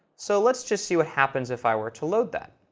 so let's just see what happens if i were to load that.